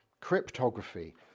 cryptography